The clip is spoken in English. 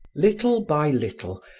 little by little,